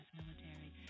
military